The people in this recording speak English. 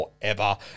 Forever